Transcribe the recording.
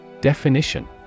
Definition